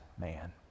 man